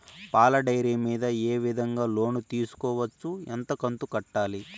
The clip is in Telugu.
పాల డైరీ మీద ఏ విధంగా లోను తీసుకోవచ్చు? ఎంత కంతు కట్టాలి?